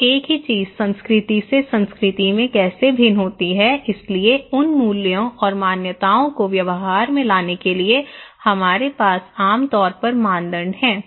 तो एक ही चीज संस्कृति से संस्कृति में कैसे भिन्न होती है इसलिए उन मूल्यों और मान्यताओं को व्यवहार में लाने के लिए हमारे पास आम तौर पर मानदंड हैं